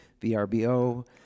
VRBO